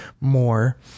more